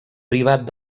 privat